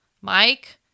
Mike